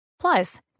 Plus